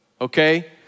okay